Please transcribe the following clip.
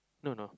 no no